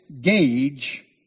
gauge